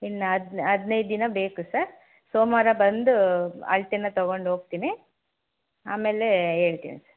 ಇನ್ನು ಅದ್ನ ಹದಿನೈದು ದಿನ ಬೇಕು ಸರ್ ಸೋಮವಾರ ಬಂದು ಅಳತೇನ ತಗೊಂಡು ಹೋಗ್ತೀನಿ ಆಮೇಲೆ ಹೇಳ್ತೀನಿ ಸರ್